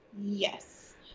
Yes